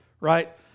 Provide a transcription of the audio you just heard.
right